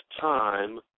time